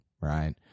right